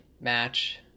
match